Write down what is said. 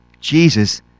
Jesus